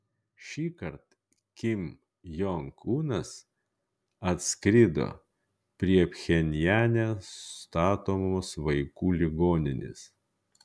šįkart kim jong unas atskrido prie pchenjane statomos vaikų ligoninės